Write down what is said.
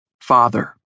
father